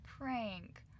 prank